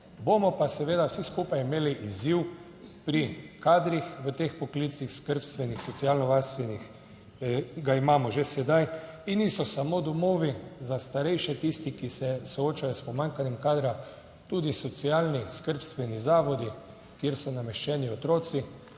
Bomo pa seveda vsi skupaj imeli izziv pri kadrih v teh poklicih, skrbstvenih, socialno varstvenih, ga imamo že sedaj. In niso samo domovi za starejše tisti, ki se soočajo s pomanjkanjem kadra, tudi socialni skrbstveni zavodi, kjer so nameščeni otroci,